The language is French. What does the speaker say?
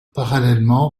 parallèlement